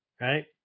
Right